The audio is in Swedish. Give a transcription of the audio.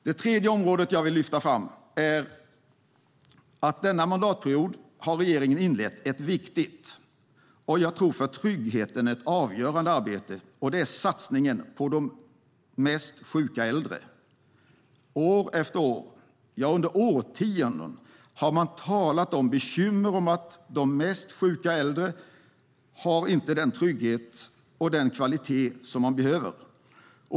Nästa område som jag vill lyfta fram handlar om att regeringen denna mandatperiod har inlett ett viktigt och, tror jag, för tryggheten avgörande arbete. Det är satsningen på de mest sjuka äldre. År efter år - ja, under årtionden - har man talat om de bekymmer som de mest sjuka äldre har. De har inte den trygghet och får inte den kvalitet som de behöver.